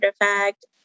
effect